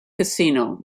casino